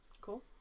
Cool